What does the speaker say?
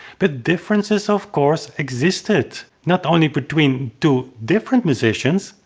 but differences of course existed, not only between two different musicians,